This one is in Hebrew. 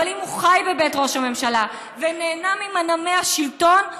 אבל אם הוא חי בבית ראש הממשלה ונהנה ממנעמי השלטון,